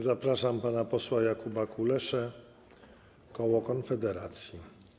Zapraszam pana posła Jakuba Kuleszę, koło Konfederacji.